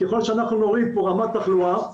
ככל שאנחנו נוריד פה רמת תחלואה,